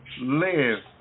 live